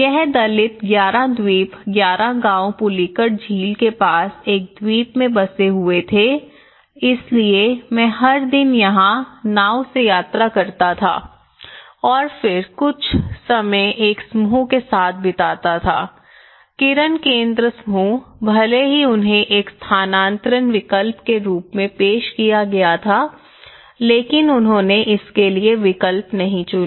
यह दलित 11 द्वीप 11 गाँव पुलिकट झील के पास एक द्वीप में बसे हुए थे इसलिए मैं हर दिन यहाँ नाव से यात्रा करता था और फिर कुछ समय एक समूह के साथ बिताता था किरणकेन्द्र समूह भले ही उन्हें एक स्थानांतरण विकल्प के रूप में पेश किया गया था लेकिन उन्होंने इसके लिए विकल्प नहीं चुना